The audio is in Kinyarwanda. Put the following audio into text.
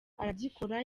aragikora